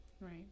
Right